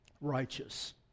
righteous